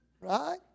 Right